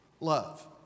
love